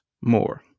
more